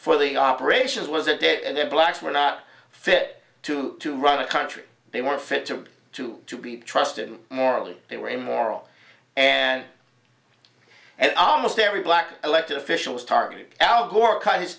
for the operations was a date and the blacks were not fit to to run a country they were fit to to to be trusted morally they were immoral and and almost every black elected officials targeted al gore cut his